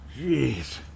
Jeez